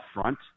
front